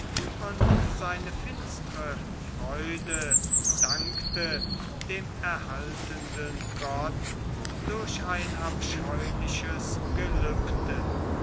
und seine finstere freude dankte dem erhaltenden gott durch ein abscheuliches gelübde